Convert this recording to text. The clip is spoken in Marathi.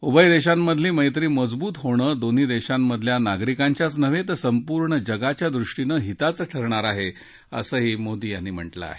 उभय देशांमधली मैत्री मजबूत होण दोन्ही देशांमधल्या नागरिकांच्याच नव्हे तर संपूर्ण जगाच्या दृष्टीनं हिताचं ठरणार आहे असंही मोदी यांनी म्हटलं आहे